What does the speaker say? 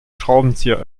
schraubenzieher